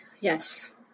Yes